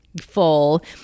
full